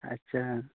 अच्छा